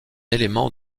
élément